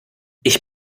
ich